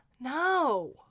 No